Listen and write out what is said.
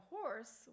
horse